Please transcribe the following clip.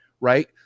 right